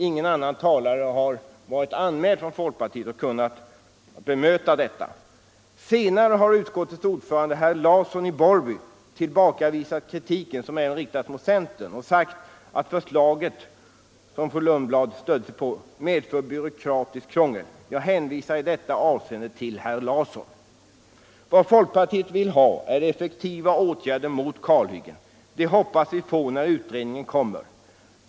Ingen annan talare från folkpartiets sida har varit anmäld för att bemöta detta, men senare har utskottets ordförande, herr Larsson i Borrby, tillbakavisat kritiken, som även riktats mot centern, och sagt att det förslag fru Lundblad stödde sig på medför byråkratiskt krångel. Jag hänvisar i detta avseende till herr Larsson. Vad folkpartiet vill ha är effektiva åtgärder mot kalhyggen. Det hoppas vi på när utredningen kommer.